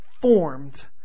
formed